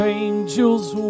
angels